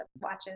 watches